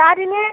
তাত এনেই